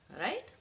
Right